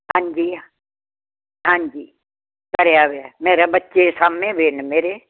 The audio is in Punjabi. ਹਾਂਜੀ ਹਾਂਜੀ ਭਰਿਆ ਪਿਆ ਮੇਰਾ ਬੱਚੇ ਸਾਂਭੇ ਵੇ ਨੇ ਮੇਰੇ